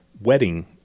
wedding